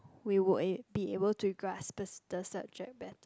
we would be able to grasp the the subject better